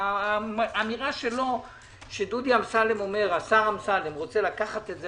שהשר אמסלם רוצה לקחת את זה